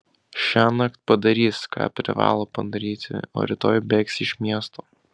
šiąnakt padarys ką privalo padaryti o rytoj bėgs iš miesto